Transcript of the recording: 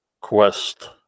quest